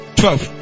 twelve